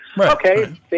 okay